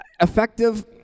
effective